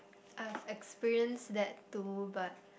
I have experienced that too but